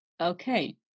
okay